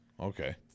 Okay